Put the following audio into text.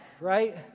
right